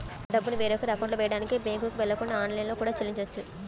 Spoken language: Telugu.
డబ్బుని వేరొకరి అకౌంట్లో వెయ్యడానికి బ్యేంకుకి వెళ్ళకుండా ఆన్లైన్లో కూడా చెల్లించొచ్చు